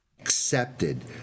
accepted